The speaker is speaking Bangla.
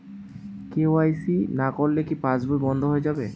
কে.ওয়াই.সি না করলে কি পাশবই বন্ধ হয়ে যাবে?